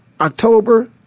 October